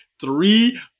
three